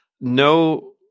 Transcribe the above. no